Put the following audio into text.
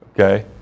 Okay